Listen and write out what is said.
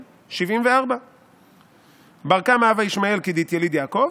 74. "בר כמה הוה ישמעאל כדאיתיליד יעקב